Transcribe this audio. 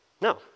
No